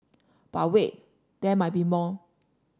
but wait there might be more